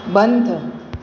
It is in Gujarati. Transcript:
બંધ